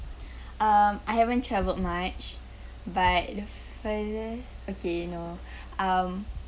um I haven't travelled much but the furthest okay no um